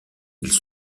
ils